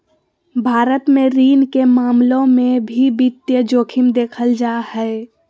भारत मे ऋण के मामलों मे भी वित्तीय जोखिम देखल जा हय